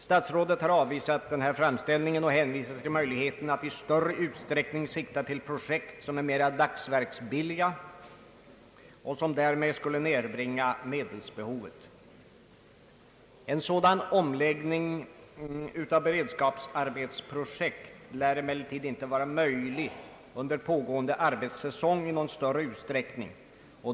Statsrådet har avvisat den framställningen och hänvisat till möjligheterna att i större utsträckning sikta på projekt som är mer dagsverksbilliga och som därmed skulle nedbringa medelsbehovet. En sådan omläggning av beredskapsarbetsprojekt lär emellertid inte vara möjlig under pågående arbetssäsong i någon större utsträckning.